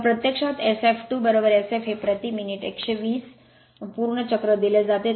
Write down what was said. तर प्रत्यक्षात Sf2Sf हे प्रति मिनिट 120 पूर्ण चक्र दिले जाते